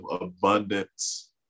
abundance